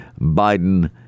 Biden